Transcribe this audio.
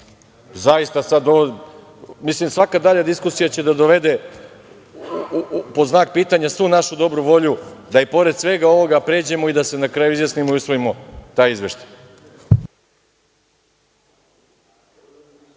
zaista, svaka dalja diskusija će da dovede pod znak pitanja svu našu dobru volju da i pored svega ovoga pređemo i da se na kraju izjasnimo i usvojimo taj izveštaj.